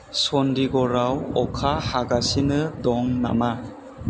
चन्डिगड़ाव अखा हागासिनो दं नामा